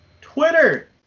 Twitter